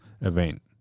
event